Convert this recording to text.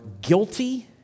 guilty